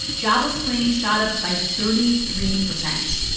jobless claims shot up by thirty three percent.